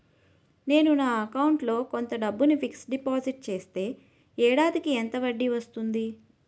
నేను నా అకౌంట్ లో కొంత డబ్బును ఫిక్సడ్ డెపోసిట్ చేస్తే ఏడాదికి ఎంత వడ్డీ వస్తుంది?